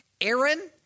Aaron